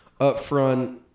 upfront